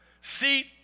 seat